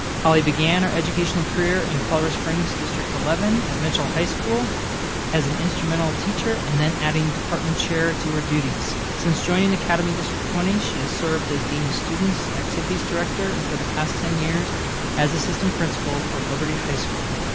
holly began her educational career in and colorado springs district eleven at mitchell high school as an instrumental teacher and then adding department chair to her duties. since joining the academy district twenty, she has served as dean of students, activities director, and for the past ten years as assistant principal for liberty high school.